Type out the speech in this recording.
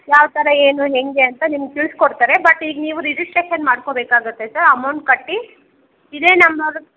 ಯಾವ ಥರ ಏನು ಹೇಗೆ ಅಂತ ನಿಮ್ಗೆ ತಿಳಿಸ್ಕೊಡ್ತಾರೆ ಬಟ್ ಈಗ ನೀವು ರಿಜಿಸ್ಟ್ರೇಷನ್ ಮಾಡ್ಕೊಬೇಕಾಗುತ್ತೆ ಸರ್ ಅಮೌಂಟ್ ಕಟ್ಟಿ ಇದೇ ನಂಬರು